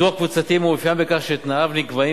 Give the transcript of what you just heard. ביטוח קבוצתי מאופיין בכך שתנאיו נקבעים